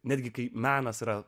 netgi kai menas yra